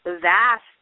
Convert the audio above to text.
vast